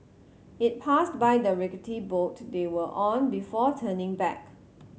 it passed by the rickety boat they were on before turning back